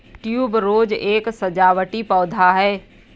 tuberose एक सजावटी पौधा है